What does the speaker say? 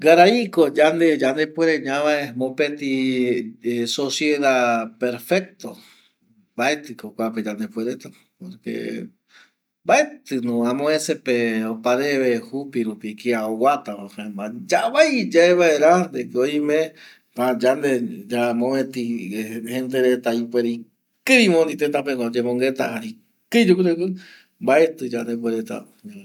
Garai ko yande yandepuere ñavae mopeti sociedad perfecta mbaeti ko kuape yande puereta porque mbaeti no amopevese opareve jupirupi kia oguata, jaema yavai yaevara de ke oime yandendie jete reta ipuere ikavireta oyemongueta jare ikavi oyegureko mbaeti yandepuereta ñavae